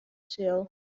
sil